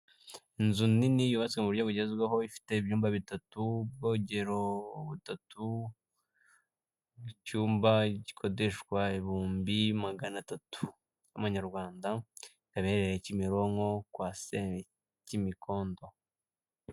Inzu nini yubatswe muburyo bugezweho ifite ibyumba bitatu ubwogero butatu icyumba gikodeshwa ibihumbi magana atatu by'amanyarwanda ikaba iherereye kimironko kwa sekimikondo.